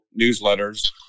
newsletters